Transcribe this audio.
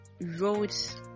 wrote